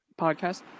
podcast